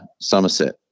Somerset